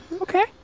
okay